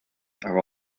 are